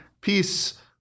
peace